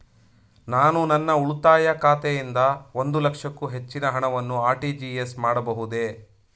ನಾನು ನನ್ನ ಉಳಿತಾಯ ಖಾತೆಯಿಂದ ಒಂದು ಲಕ್ಷಕ್ಕೂ ಹೆಚ್ಚಿನ ಹಣವನ್ನು ಆರ್.ಟಿ.ಜಿ.ಎಸ್ ಮಾಡಬಹುದೇ?